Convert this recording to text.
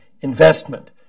investment